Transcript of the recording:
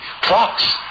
clocks